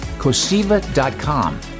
cosiva.com